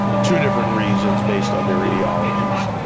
two different reasons based on their ideologies,